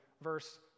verse